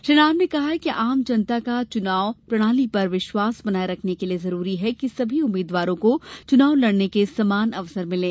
श्री राव ने कहा कि आम जनता का चुनाव प्रणाली पर विश्वास बनाये रखने के लिए जरूरी है कि सभी उम्मीद्वारों को चुनाव लड़ने के समान अवसर मिले